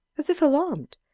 as if alarmed,